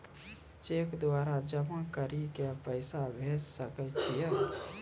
Cheque द्वारा जमा करि के पैसा भेजै सकय छियै?